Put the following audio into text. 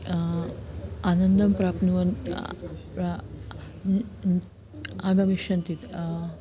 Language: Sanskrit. आनन्दं प्राप्नुवन्ति प्रा आगमिष्यन्ति